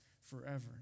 forever